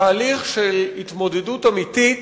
תהליך של התמודדות אמיתית,